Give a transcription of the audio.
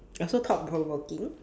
also thought provoking